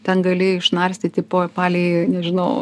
ten gali išnarstyti po palei nežinau